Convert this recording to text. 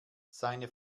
seine